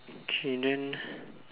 okay then